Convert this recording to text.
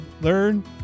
learn